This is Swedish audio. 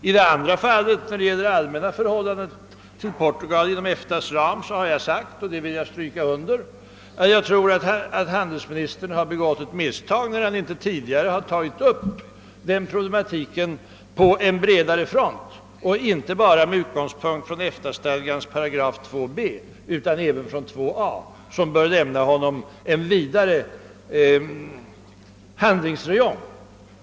I det andra fallet, som gäller det allmänna förhållandet till Portugal inom EFTA:s ram, har jag sagt, och det vill jag understryka, att jag tror att handelsministern har begått ett misstag när han inte tidigare har tagit upp denna problematik på en bredare front — med utgångspunkt inte bara i EFTA-stadgans 8 2 b utan även i § 2 a, som bör lämna honom en vidare handlingsräjong.